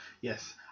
Yes